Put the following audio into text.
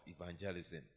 evangelism